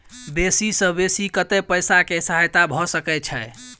बेसी सऽ बेसी कतै पैसा केँ सहायता भऽ सकय छै?